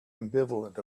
ambivalent